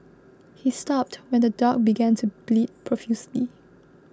he stopped when the dog began to bleed profusely